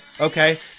Okay